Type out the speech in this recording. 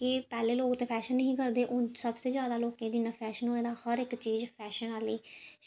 कि पैह्लें लोक ते फैशन नेईं हे करदे हून सब से जादा लोकें च इन्ना फैशन होए दा हर इक चीज़ फैशन आह्ली